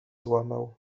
złamał